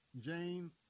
Jane